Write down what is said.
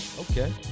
Okay